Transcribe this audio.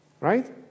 right